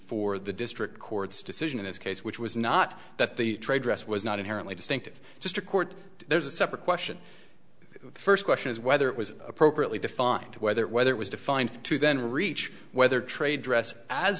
for the district court's decision in this case which was not that the trade dress was not inherently distinctive just a court there's a separate question first question is whether it was appropriately defined whether whether it was defined to then reach whether trade dress as